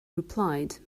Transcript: replied